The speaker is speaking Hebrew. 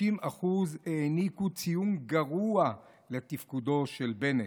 60% העניקו ציון גרוע לתפקודו של בנט,